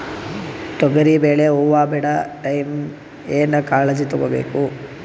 ತೊಗರಿಬೇಳೆ ಹೊವ ಬಿಡ ಟೈಮ್ ಏನ ಕಾಳಜಿ ತಗೋಬೇಕು?